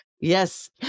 Yes